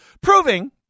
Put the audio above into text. Proving